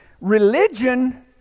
Religion